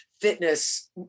fitness